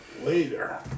later